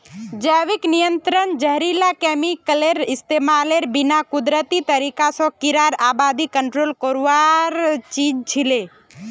जैविक नियंत्रण जहरीला केमिकलेर इस्तमालेर बिना कुदरती तरीका स कीड़ार आबादी कंट्रोल करवार चीज छिके